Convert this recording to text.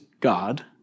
God